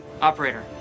Operator